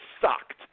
sucked